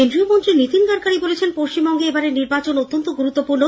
কেন্দ্রীয় মন্ত্রী নীতিন গড়করি বলেছেন পশ্চিমবঙ্গে এবারের নির্বাচন অত্যন্ত গুরুত্বপূর্ণ